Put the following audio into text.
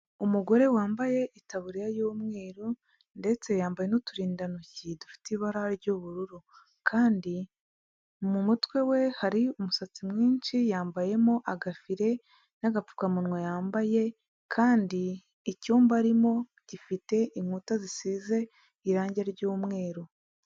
Umugore wambaye itaburiya y'umweru ndetse yambaye n'uturindantoki dufite ibara ry'ubururu kandi mu mutwe we hari umusatsi mwinshi yambayemo agafire n'agapfukamunwa yambaye kandi icyumba arimo gifite inkuta zisize irangi ry'umweru.